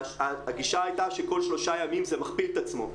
הגישה הייתה שכל שלושה ימים זה מכפיל את עצמו.